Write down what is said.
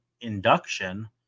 induction